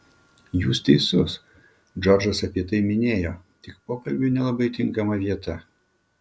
jūs teisus džordžas apie tai minėjo tik pokalbiui nelabai tinkama vieta